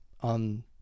on